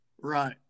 Right